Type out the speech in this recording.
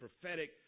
prophetic